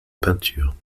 peinture